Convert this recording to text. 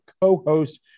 co-host